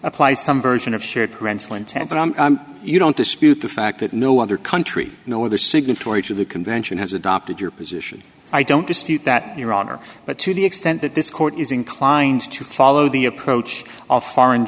applies some version of shared parental intent you don't dispute the fact that no other country no other signatory to the convention has adopted your position i don't dispute that your honor but to the extent that this court is inclined to follow the approach of foreign